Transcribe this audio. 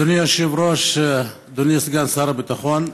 אדוני היושב-ראש, אדוני סגן שר הביטחון,